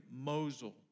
Mosul